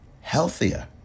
healthier